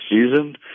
season